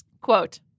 Quote